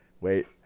Wait